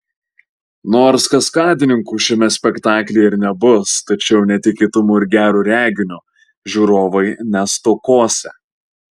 nors kaskadininkų šiame spektaklyje ir nebus tačiau netikėtumų ir gero reginio žiūrovai nestokosią